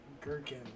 Gherkin